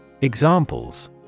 Examples